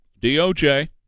DOJ